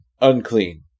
Unclean